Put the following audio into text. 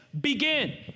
begin